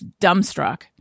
dumbstruck